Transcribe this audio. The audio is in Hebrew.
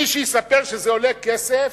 מי שיספר שזה עולה כסף,